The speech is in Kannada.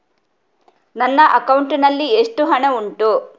ನನ್ನ ಅಕೌಂಟ್ ನಲ್ಲಿ ಎಷ್ಟು ಹಣ ಉಂಟು?